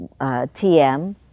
TM